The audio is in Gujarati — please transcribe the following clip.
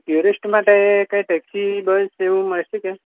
ટ્યુરિસ્ટ માટે કંઈ ટેક્સી બસ એવું મળશે કે